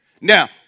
Now